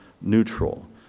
neutral